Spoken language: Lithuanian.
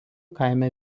kaime